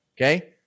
Okay